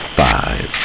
five